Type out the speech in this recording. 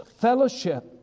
Fellowship